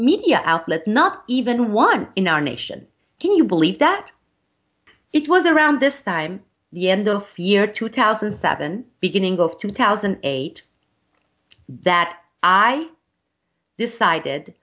media outlet not even one in our nation do you believe that it was around this time the end of year two thousand and seven beginning of two thousand and eight that i decided